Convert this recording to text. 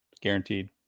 Guaranteed